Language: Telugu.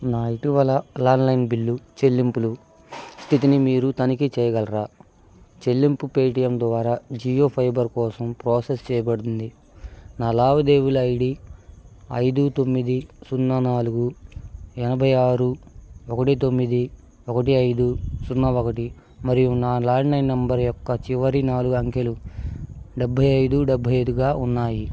నా ఇటీవల ల్యాండ్లైన్ బిల్లు చెల్లింపులు స్థితిని మీరు తనిఖీ చేయగలరా చెల్లింపు పేటీఎం ద్వారా జియో ఫైబర్ కోసం ప్రోసెస్ చేయబడింది నా లావాదేవీల ఐ డీ ఐదు తొమ్మిది సున్నా నాలుగు ఎనభై ఆరు ఒకటి తొమ్మిది ఒకటి ఐదు సున్నా ఒకటి మరియు నా ల్యాండ్లైన్ నెంబర్ యొక్క చివరి నాలుగు అంకెలు డెబ్భై ఐదు డెబ్భై ఐదుగా ఉన్నాయి